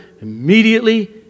immediately